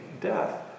death